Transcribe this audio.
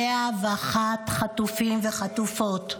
101 חטופים וחטופות.